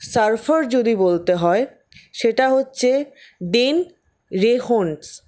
surfer যদি বলতে হয় সেটা হচ্ছে ডেন রেনল্ডস